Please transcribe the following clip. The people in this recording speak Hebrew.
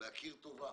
להכיר טובה